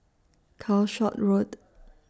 Calshot Road